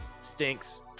stinks